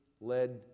led